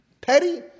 petty